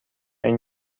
این